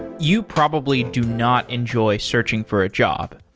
you probably do not enjoy searching for a job.